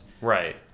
Right